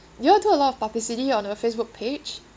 you all do a lot of publicity on your Facebook page